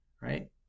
right